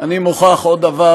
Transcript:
אני מוכרח עוד דבר